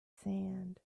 sand